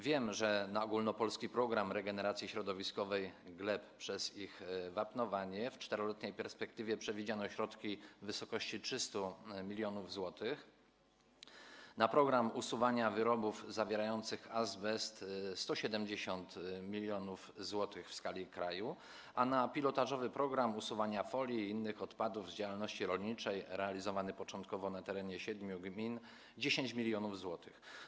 Wiem, że na „Ogólnopolski program regeneracji środowiskowej gleb przez ich wapnowanie” w czteroletniej perspektywie przewidziano środki w wysokości 300 mln zł, na program usuwania wyrobów zawierających azbest - 170 mln zł w skali kraju, a na pilotażowy program usuwania folii i innych odpadów z działalności rolniczej, realizowany początkowo na terenie siedmiu gmin - 10 mln zł.